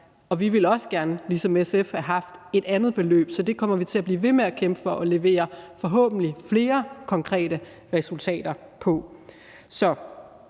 Og vi ville også gerne ligesom SF have haft et andet beløb, så det kommer vi til at blive ved med at kæmpe for at levere forhåbentlig flere konkrete resultater på.